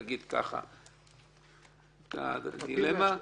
נגיד ככה, דילמה.